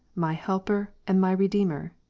my helper and my redeemer?